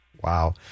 Wow